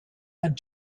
and